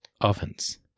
ovens